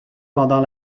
pendant